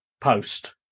post